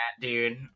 dude